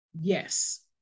Yes